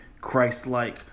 Christ-like